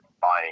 buying